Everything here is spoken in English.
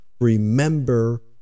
Remember